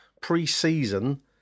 pre-season